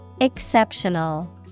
Exceptional